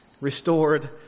Restored